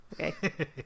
Okay